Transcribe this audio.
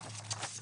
שעה?